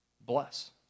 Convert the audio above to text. Bless